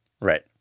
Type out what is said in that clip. Right